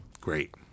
Great